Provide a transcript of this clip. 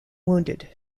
wounded